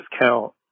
discount